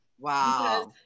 Wow